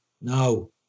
no